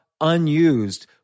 unused